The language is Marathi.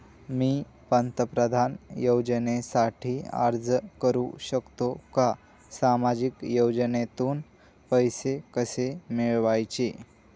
मी पंतप्रधान योजनेसाठी अर्ज करु शकतो का? सामाजिक योजनेतून पैसे कसे मिळवायचे